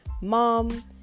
mom